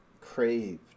craved